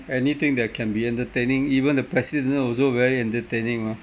anything that can be entertaining even the president also very entertaining mah